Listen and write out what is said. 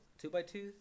two-by-two